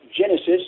Genesis